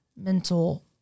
mental